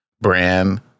brand